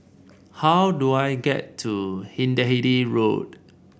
how do I get to Hindhede Road